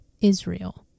Israel